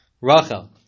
Rachel